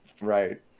Right